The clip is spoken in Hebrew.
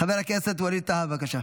חבר הכנסת ווליד טאהא, בבקשה.